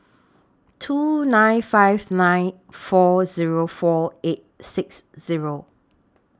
two nine five nine four four eight six